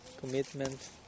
commitment